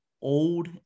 old